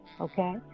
Okay